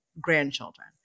grandchildren